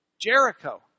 Jericho